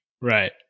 right